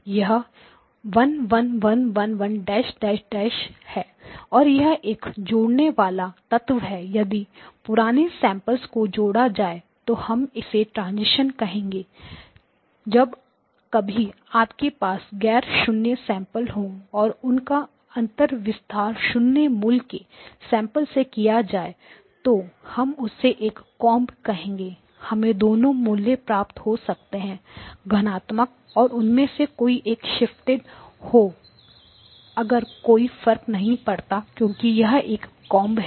यह 1 1 1 1 है और यह एक जोड़ने वाला तत्व है यदि पुराने सैंपल को जोड़ा जाए तो हम इसे इंटीग्रेशन कहेंगे जब कभी आपके पास गैर शून्य सैंपल्स हो और उनका अंतर विस्तार शून्य मूल्य के सैंपल से किया जाए तो हम उसे एक कोंब कहेंगे हमें दोनों मूल्य प्राप्त हो सकते हैं धनात्मक और उनमें से कोई एक शिफ्टेड हो मगर कोई फर्क नहीं पड़ेगा क्योंकि यह एक कोंब है